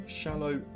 shallow